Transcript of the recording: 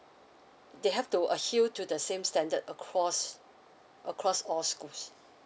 they have to adhere to the same standard across across all schools